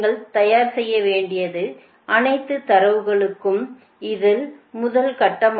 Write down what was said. நீங்கள் தயார் செய்ய வேண்டிய அனைத்து தரவுகளுக்கும் இது முதல் கட்டம்